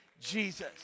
Jesus